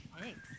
Thanks